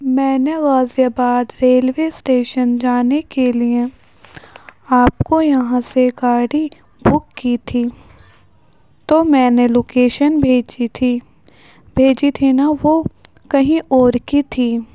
میں نے Ghaziabad railway station جانے کے لیے آپ کو یہاں سے گاڑی بک کی تھی تو میں نے لوکیشن بھیجی تھی بھیجی تھی نا وہ کہیں اور کی تھی